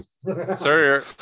Sir